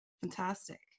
Fantastic